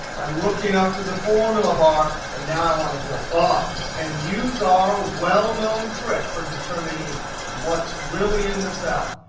i'm looking up to the formula bar and now i want to go up and, use our well-known trick for determining what's really in the cell.